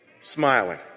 smiling